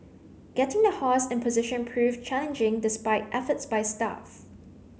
getting the horse in position proved challenging despite efforts by staff